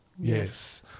Yes